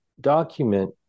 document